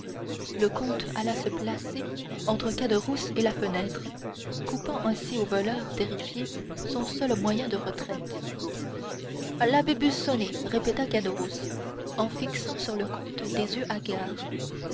le comte alla se placer entre caderousse et la fenêtre coupant ainsi au voleur terrifié son seul moyen de retraite l'abbé busoni répéta caderousse en fixant sur le comte des yeux hagards